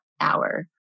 hour